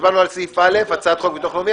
הצבענו על סעיף א: הצעת חוק ביטוח לאומי.